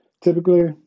typically